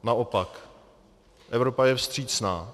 Naopak, Evropa je vstřícná.